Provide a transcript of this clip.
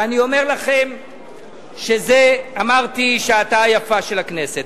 ואני אומר לכם, אמרתי, שעתה היפה של הכנסת.